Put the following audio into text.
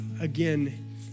again